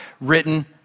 written